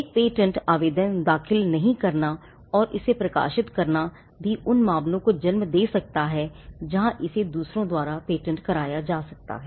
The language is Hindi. एक पेटेंट आवेदन दाखिल नहीं करना और केवल इसे प्रकाशित करना भी उन मामलों को जन्म दे सकता है जहां इसे दूसरों द्वारा पेटेंट कराया जा सकता है